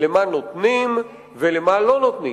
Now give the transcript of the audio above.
למי ולמה נותנים ולמי ולמה לא נותנים.